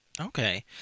okay